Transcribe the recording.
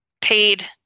paid